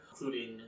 including